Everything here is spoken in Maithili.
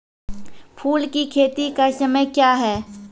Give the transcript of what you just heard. फुल की खेती का समय क्या हैं?